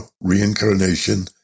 reincarnation